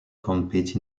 compete